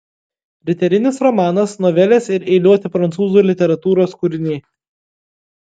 riterinis romanas novelės ir eiliuoti prancūzų literatūros kūriniai